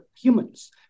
humans